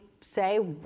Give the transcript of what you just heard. say